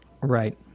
Right